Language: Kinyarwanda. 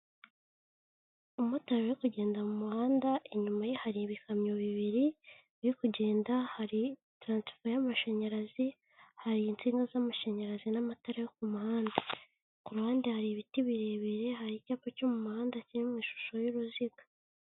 Umumotari uri kugenda mu muhanda, inyuma ye hari ibikamyo bibiri, biri kugenda hari taransifo y'amashanyarazi, hari insinga z'amashanyarazi n'amatara yo ku muhanda. Ku ruhande hari ibiti birebire, hari icyapa cyo mu muhanda kiri mu ishusho y'uruziga.